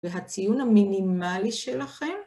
והציון המינימלי שלכם,